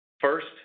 First